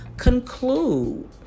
conclude